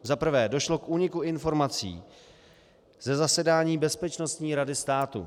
Za prvé, došlo k úniku informací ze zasedání Bezpečnostní rady státu.